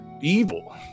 evil